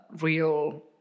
real